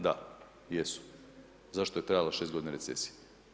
Da, jesu zašto je trajalo šest godina recesije.